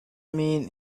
mean